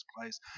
place